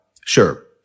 sure